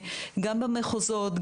גם במחוזות,